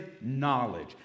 knowledge